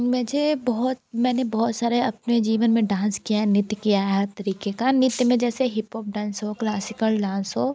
मुझे बहुत मैंने बहुत सारे अपने जीवन में डांस किया नृत्य किया है हर तरीक़े का नृत्य में जैसे हिपहॉप डांस हो क्लासिकल डांस हो